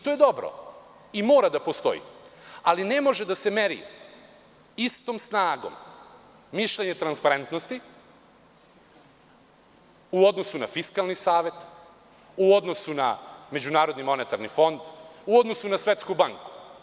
To je dobro i mora da postoji, ali ne može da se meri istom snagom mišljenje „Transparentnosti“ u odnosu na Fiskalni savet, u odnosu na Međunarodni monetarni fond, u odnosu na Svetsku banku.